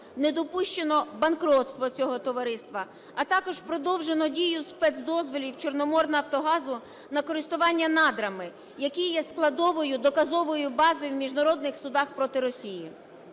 не допущено банкрутства цього товариства, а також продовжено дію спецдозволів "Чорноморнафтогазу" на користування надрами, які є складовою доказовою базою в міжнародних судах проти Росії.